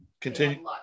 continue